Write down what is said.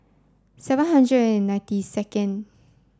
seven hundred and ninety second